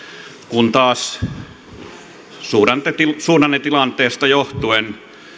kun taas suhdannetilanteesta johtuen